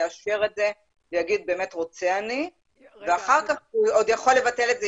יאשר אותה ויאמר באמת רוצה אני ואחר כך הוא יכול לבטל את זה,